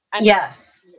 Yes